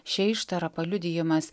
šia ištara paliudijamas